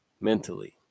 mentally